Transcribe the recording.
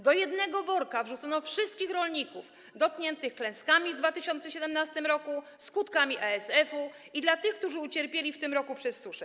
Do jednego worka wrzucono wszystkich rolników dotkniętych klęskami w 2017 r., skutkami ASF i tych, którzy ucierpieli w tym roku przez suszę.